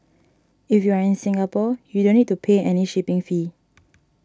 if you are in Singapore you don't need to pay any shipping fee